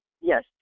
Yes